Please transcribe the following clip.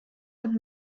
und